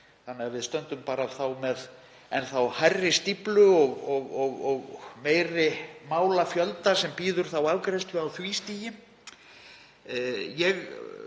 þannig að við stöndum þá með enn hærri stíflu og meiri málafjölda sem bíður afgreiðslu á því stigi.